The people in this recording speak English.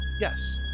Yes